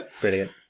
Brilliant